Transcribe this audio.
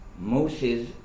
Moses